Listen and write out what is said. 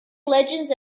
legends